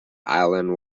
island